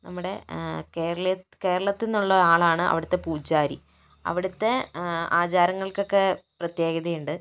നമ്മുടെ കേരള കേരളത്തിൽ നിന്നുള്ള ആളാണ് അവിടത്തെ പൂജാരി അവിടത്തെ ആചാരങ്ങൾക്കൊക്കെ പ്രത്യേകതയുണ്ട്